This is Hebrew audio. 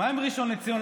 מה עם ראשון לציון?